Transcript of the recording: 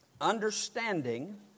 Understanding